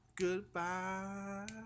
Goodbye